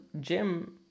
gym